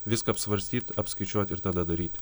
viską apsvarstyt apskaičiuot ir tada daryti